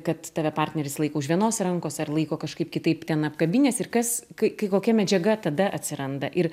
kad tave partneris laiko už vienos rankos ar laiko kažkaip kitaip ten apkabinęs ir kas kai kokia medžiaga tada atsiranda ir